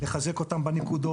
צריך לחזק אותם בנקודות,